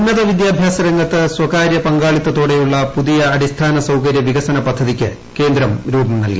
ഉന്നത വിദ്യാഭ്യാസ്സ് രംഗത്ത് സ്വകാര്യ പങ്കാളിത്തതോടെയുള്ള് പുതിയ അടിസ്ഥാന സൌകര്യ വികസന പദ്ധതിയ്ക്ക്ട് കേന്ദ്രം രൂപം നൽകി